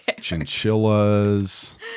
chinchillas